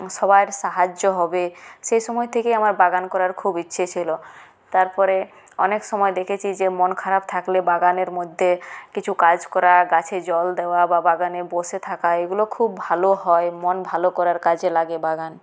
সবার সাহায্য হবে সে সময় থেকেই আমার বাগান করার খুব ইচ্ছে ছিল তারপরে অনেক সময়ে দেখেছি যে মন খারাপ থাকলে বাগানের মধ্যে কিছু কাজ করা গাছে জল দেওয়া বা বাগানে বসে থাকা এগুলো খুব ভালো হয় মন ভালো করার কাজে লাগে বাগান